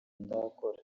ndakora